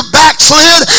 backslid